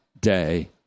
day